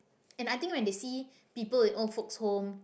and I think when they see people in old folks home